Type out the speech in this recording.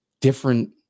different